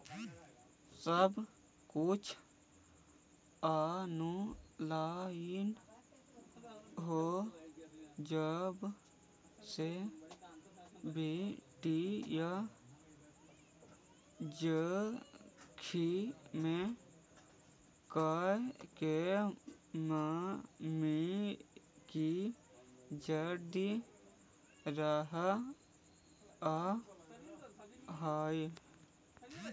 सब कुछ ऑनलाइन हो जावे से वित्तीय जोखिम के मोके जादा रहअ हई